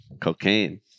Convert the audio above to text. cocaine